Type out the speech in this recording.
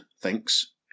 thinks